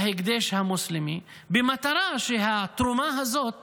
להקדש המוסלמי, במטרה שהתרומה הזאת